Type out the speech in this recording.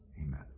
amen